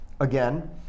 again